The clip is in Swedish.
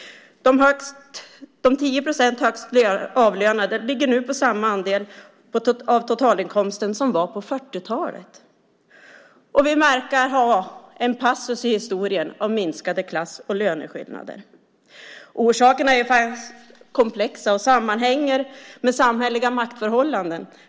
De 10 procent högst avlönade ligger nu på samma andel av totalinkomsten som de gjorde på 40-talet, och vi verkar ha ett avbrott i historien av minskade klass och löneskillnader. Orsakerna är komplexa och sammanhänger med samhälleliga maktförhållanden.